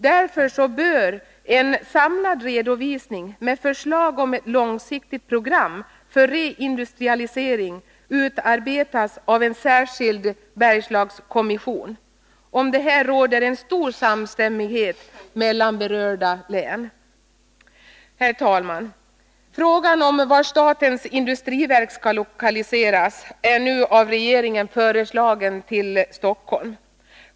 Därför bör en samlad redovisning med förslag om ett långsiktigt program för reindustrialisering utarbetas av en särskild Bergslagskommission. Omkring detta råder en stor samstämmighet mellan berörda län. Herr talman! Regeringen har nu föreslagit att statens industriverk skall lokaliseras till Stockholm.